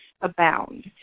abound